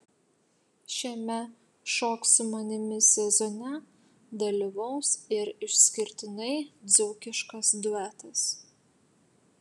šiame šok su manimi sezone dalyvaus ir išskirtinai dzūkiškas duetas